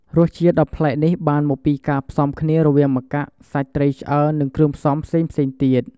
រសជាតិដ៏ប្លែកនេះបានមកពីការផ្សំគ្នារវាងម្កាក់ សាច់ត្រីឆ្អើរ និងគ្រឿងផ្សំផ្សេងៗទៀត។